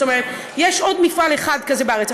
זאת אומרת, יש עוד מפעל אחד כזה בארץ.